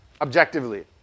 objectively